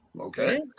Okay